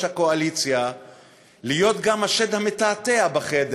הקואליציה להיות גם השד המתעתע בחדר.